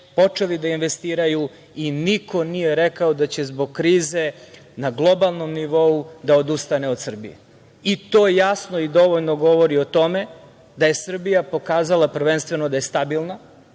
počeli da investiraju i niko nije rekao da će zbog krize na globalnom nivou, da odustane od Srbije. To jasno i dovoljno govori o tome da je Srbija pokazala prvenstveno, da je stabilna,